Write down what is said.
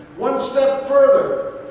one step further.